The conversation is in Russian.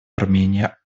армения